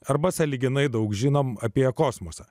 arba sąlyginai daug žinom apie kosmosą